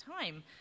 time